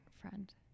friend